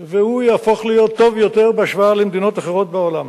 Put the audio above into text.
והוא יהפוך טוב יותר בהשוואה למדינות אחרות בעולם.